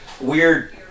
weird